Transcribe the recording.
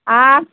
আর